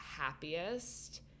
happiest